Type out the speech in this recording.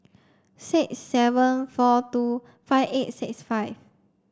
six seven four two five eight six five